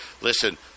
Listen